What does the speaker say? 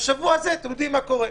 בשבוע הזה אתם יודעים מה קורה.